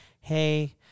hey